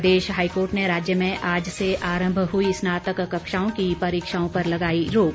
प्रदेश high court ने राज्य में आज से आरंभ हुई स्नातक कक्षाओं की परीक्षाओं पर लगाई रोक